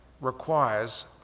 requires